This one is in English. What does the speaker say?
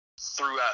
throughout